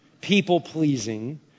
People-pleasing